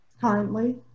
currently